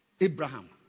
Abraham